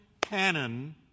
canon